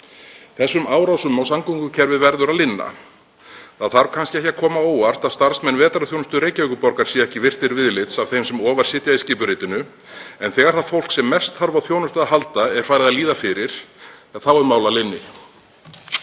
Þessum árásum á samgöngukerfið verður að linna. Það þarf kannski ekki að koma á óvart að starfsmenn vetrarþjónustu Reykjavíkurborgar séu ekki virtir viðlits af þeim sem ofar sitja í skipuritinu en þegar það fólk sem mest þarf á þjónustu að halda er farið að líða fyrir þá er mál að linni.